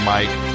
Mike